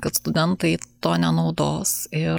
kad studentai to nenaudos ir